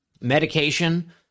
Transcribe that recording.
medication